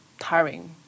Tiring